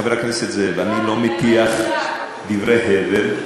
חבר הכנסת זאב, אני לא מטיח דברי הבל.